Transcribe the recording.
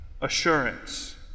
assurance